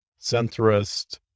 centrist